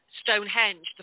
Stonehenge